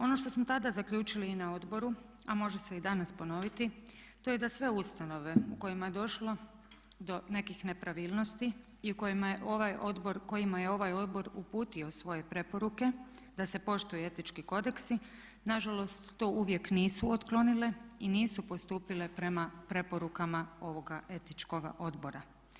Ono što smo tada zaključili i na odboru, a može se i danas ponoviti, to je da sve ustanove u kojima je došlo do nekih nepravilnosti i kojima je ovaj odbor uputio svoje preporuke da se poštuje etički kodeksi na žalost to uvijek nisu otklonile i nisu postupile prema preporukama ovoga etičkog odbora.